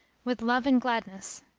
with love and gladness,